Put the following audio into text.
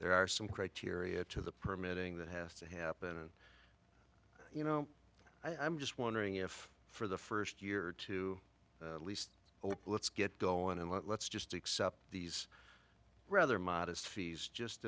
there are some criteria to the permitting that has to happen and you know i'm just wondering if for the first year or two at least let's get going and let's just accept these rather modest fees just